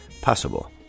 possible